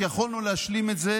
כי יכולנו להשלים את זה.